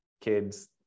kids